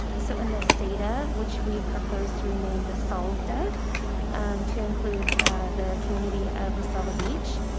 so in the seda, which we've proposed renamed the salta to include the community of the silva beach,